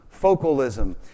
focalism